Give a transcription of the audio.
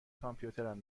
کامپیوترم